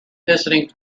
visiting